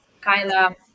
Kyla